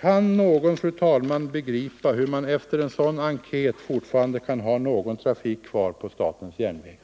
Kan någon, fru talman, begripa hur man efter en sådan enkät fortfarande kan ha någon trafik kvar på statens järnvägar?